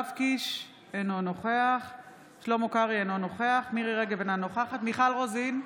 נוכחת מיכל רוזין,